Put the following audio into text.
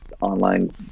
online